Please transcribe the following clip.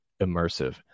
immersive